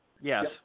Yes